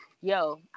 yo